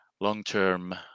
long-term